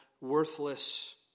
worthless